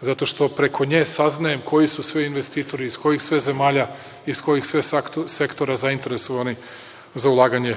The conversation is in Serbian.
zato što preko nje saznajem koji su sve investitori, iz kojih sve zemalja, iz kojih sve sektora, zainteresovani za ulaganje